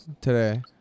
today